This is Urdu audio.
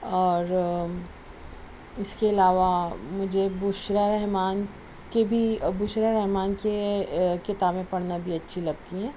اور اِس کے علاوہ مجھے بُشریٰ رحمان کے بھی بُشریٰ رحمان کے کتابیں پڑھنا بھی اچھی لگتی ہے